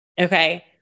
Okay